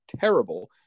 terrible